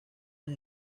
las